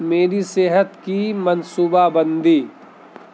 میری صحت کی منصوبہ بندی